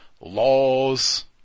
laws